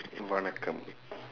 வணக்கம்:vanakkam